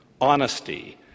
honesty